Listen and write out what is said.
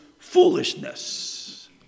foolishness